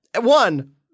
one